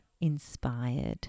inspired